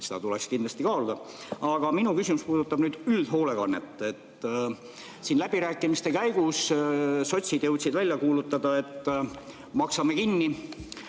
seda tuleks kindlasti kaaluda. Aga minu küsimus puudutab üldhoolekannet. Siin läbirääkimiste käigus jõudsid sotsid välja kuulutada, et maksame kinni